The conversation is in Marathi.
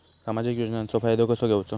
सामाजिक योजनांचो फायदो कसो घेवचो?